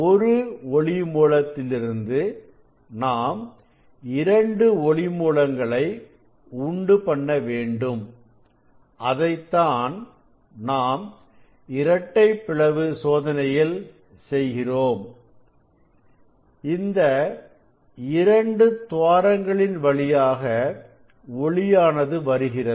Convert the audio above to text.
ஒரு ஒளி மூலத்திலிருந்து நாம் இரண்டு ஒளி மூலங்களை உண்டு பண்ணவேண்டும் அதைத்தான் நாம் இரட்டைப் பிளவு சோதனையில் செய்கிறோம் இந்த இரண்டு துவாரங்களின் வழியாக ஒளியானது வருகிறது